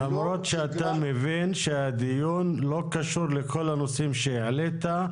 למרות שאתה מבין שהדיון לא קשור לכל הנושאים שאתה העלית,